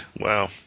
wow